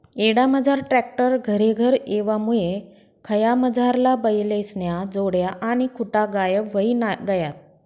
खेडामझार ट्रॅक्टर घरेघर येवामुये खयामझारला बैलेस्न्या जोड्या आणि खुटा गायब व्हयी गयात